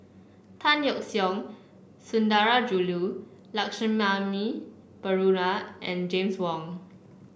Tan Yeok Seong Sundarajulu Lakshmana Perumal and James Wong